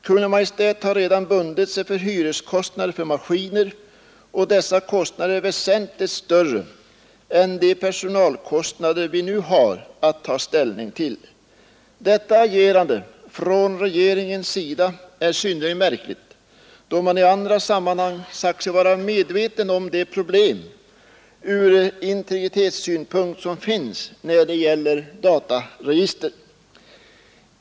Kungl. Maj:t har redan bundit sig för hyreskostnader för maskiner, och dessa kostnader är väsentligt större än de personalkostnader vi nu har att ta ställning till. Detta agerande från regeringens sida är synnerligen märkligt, då man i andra sammanhang sagt sig vara medveten om de problem ur integritetssynpunkt som finns när det gäller dataregister.